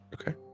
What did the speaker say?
Okay